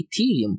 Ethereum